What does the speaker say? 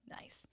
Nice